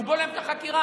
הוא בולם את החקירה.